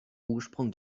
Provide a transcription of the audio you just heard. ursprung